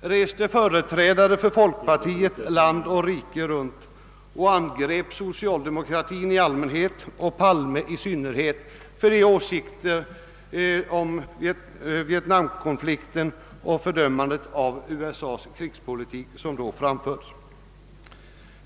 reste företrädare för folkpartiet land och rike runt och angrep socialdemokratin i allmänhet och statsrådet Palme i synnerhet för de åsikter om vietnamkonflikten och det fördömande av USA:s krigspolitik som han hade framfört.